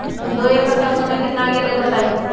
दो एकड़ सरसो म केतना यूरिया देब बताई?